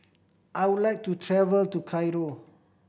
I would like to travel to Cairo